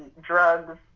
drugs